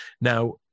Now